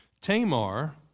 Tamar